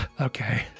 Okay